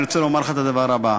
אני רוצה לומר לך את הדבר הבא.